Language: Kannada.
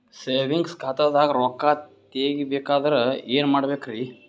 ಸೇವಿಂಗ್ಸ್ ಖಾತಾದಾಗ ರೊಕ್ಕ ತೇಗಿ ಬೇಕಾದರ ಏನ ಮಾಡಬೇಕರಿ?